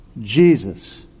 Jesus